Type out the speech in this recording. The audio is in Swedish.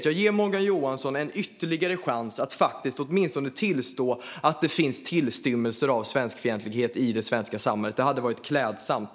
Jag ger Morgan Johansson ytterligare en chans att åtminstone tillstå att det finns tillstymmelser till svenskfientlighet i det svenska samhället. Det hade varit klädsamt.